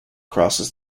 crosses